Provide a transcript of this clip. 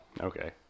Okay